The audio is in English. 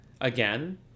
again